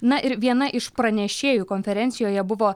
na ir viena iš pranešėjų konferencijoje buvo